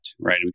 right